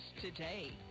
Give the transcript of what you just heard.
today